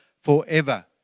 forever